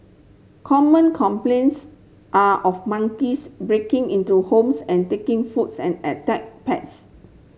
common complaints are of monkeys breaking into homes and taking foods and attack pets